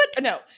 No